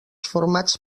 formats